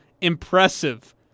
Impressive